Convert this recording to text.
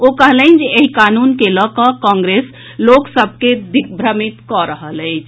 ओ कहलनि जे एहि कानून के लऽ कऽ कांग्रेस लोक सभ के दिग्भ्रमित कऽ रहल अछि